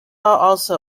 also